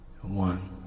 One